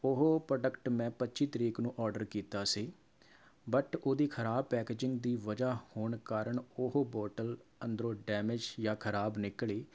ਉਹ ਪ੍ਰੋਡਕਟ ਮੈਂ ਪੱਚੀ ਤਰੀਕ ਨੂੰ ਆਡਰ ਕੀਤਾ ਸੀ ਬਟ ਉਹਦੀ ਖਰਾਬ ਪੈਕਜਿੰਗ ਦੀ ਵਜ੍ਹਾ ਹੋਣ ਕਾਰਨ ਉਹ ਬੋਟਲ ਅੰਦਰੋਂ ਡੈਮੇਜ਼ ਜਾਂ ਖਰਾਬ ਨਿਕਲੀ